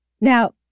Now